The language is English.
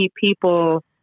people